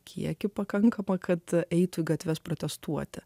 kiekiu pakankama kad eitų į gatves protestuoti